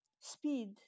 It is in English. Speed